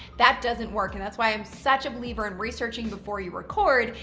that doesn't work. and that's why i'm such a believer in researching before you record,